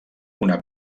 una